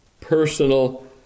Personal